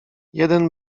jeden